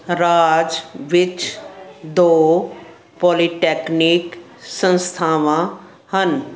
ਰਾਜ ਵਿੱਚ ਦੋ ਪੌਲੀਟੈਕਨਿਕ ਸੰਸਥਾਵਾਂ ਹਨ